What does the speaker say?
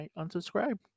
unsubscribe